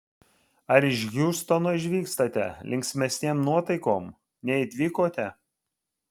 ar iš hjustono išvykstate linksmesnėm nuotaikom nei atvykote